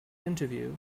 interview